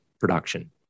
production